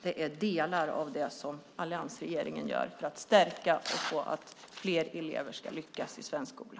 Det är delar av det som alliansregeringen gör för att stärka och få fler elever att lyckas i svensk skola.